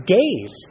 days